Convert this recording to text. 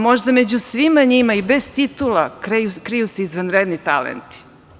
Možda među svima njima i bez titula kriju se izvanredni talenti.